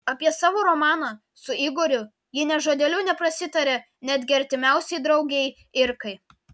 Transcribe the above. apie savo romaną su igoriu ji nė žodeliu neprasitarė netgi artimiausiai draugei irkai